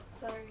sorry